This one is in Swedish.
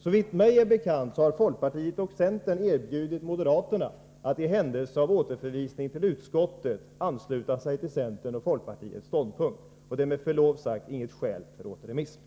Såvitt mig är bekant har folkpartiet och centerpartiet erbjudit moderaterna att i händelse av återförvisning till utskottet ansluta sig till centerns och folkpartiets ståndpunkter. Det är med förlov sagt inget skäl för återremiss.